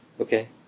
Okay